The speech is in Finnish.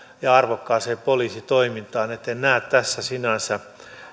ja arvokkaaseen poliisitoimintaan että en näe tässä sinänsä